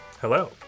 Hello